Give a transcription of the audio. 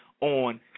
on